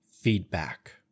feedback